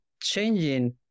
changing